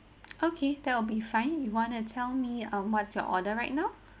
okay that will be fine you want to tell me uh what's your order right now